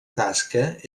tasca